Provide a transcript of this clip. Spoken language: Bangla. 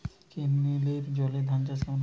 কেনেলের জলে ধানচাষ কেমন হবে?